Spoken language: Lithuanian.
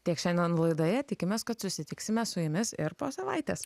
tiek šiandien laidoje tikimės kad susitiksime su jumis ir po savaitės